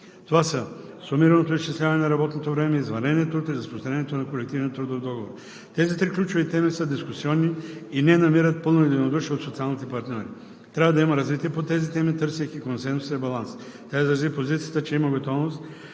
Това са: сумираното изчисляване на работното време; извънредният труд и разпространението на колективния трудов договор. Тези три ключови теми са дискусионни и не намират пълно единодушие от социалните партньори. Трябва да има развитие по тези теми, търсейки консенсус и баланс. Тя изрази позицията, че има готовност